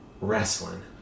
Wrestling